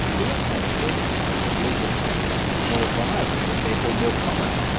will it make certain types of legal cases more viable and therefore more common?